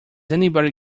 anybody